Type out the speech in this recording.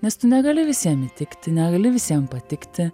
nes tu negali visiem įtikti negali visiem patikti